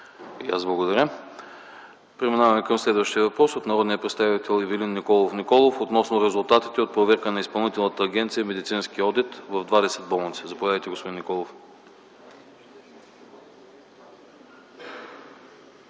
аз благодаря. Преминаваме към следващия въпрос от народния представител Ивелин Николов Николов относно резултатите от проверка на Изпълнителната агенция „Медицински одит” в 20 болници. Заповядайте, господин Николов.